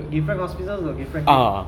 different hospitals got different thing